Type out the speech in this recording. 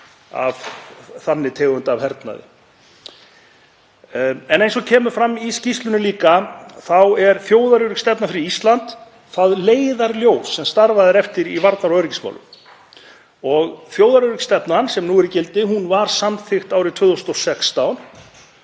þannig tegund af hernaði. Eins og einnig kemur fram í skýrslunni þá er þjóðaröryggisstefna fyrir Ísland það leiðarljós sem starfað er eftir í varnar- og öryggismálum. Þjóðaröryggisstefnan sem nú er í gildi var samþykkt árið 2016